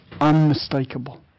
unmistakable